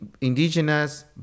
indigenous